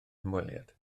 hymweliad